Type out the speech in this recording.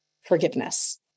forgiveness